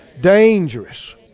dangerous